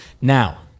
Now